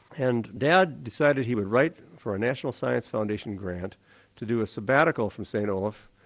and dad decided he would write for a national science foundation grant to do a sabbatical from st olaf.